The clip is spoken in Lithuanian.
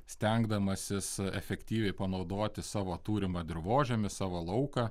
stengdamasis efektyviai panaudoti savo turimą dirvožemį savo lauką